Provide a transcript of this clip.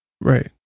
Right